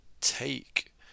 take